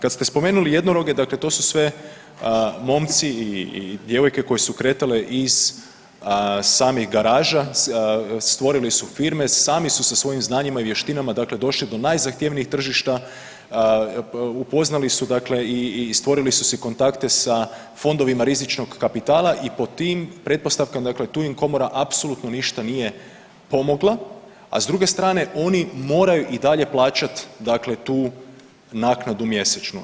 Kad ste spomenuli jednoroge dakle to su sve momci i djevojke koje su kretali iz samih garaža, stvorili su firme, sami su sa svojim znanjima i vještinama dakle došli do najzahtjevnijih tržišta, upoznali su dakle i stvorili su si kontakte sa fondovima rizičnog kapitala i pod tim pretpostavkama, dakle tu im komora apsolutno ništa nije pomogla, a s druge strane oni moraju i dalje plaćat dakle tu naknadu mjesečnu.